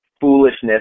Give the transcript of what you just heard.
foolishness